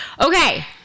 Okay